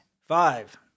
Five